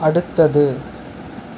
அடுத்தது